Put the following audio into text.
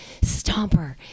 Stomper